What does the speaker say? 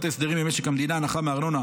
ההסדרים במשק המדינה (הנחה מארנונה),